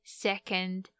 second